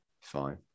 fine